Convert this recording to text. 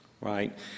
right